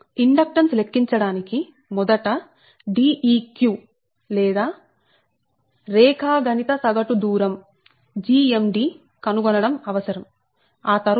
inductance లెక్కించడానికి మొదట Deq or రేఖా గణిత సగటు దూరం GMD కనుగొనడం అవసరం ఆ తరువాత స్వీయ GMD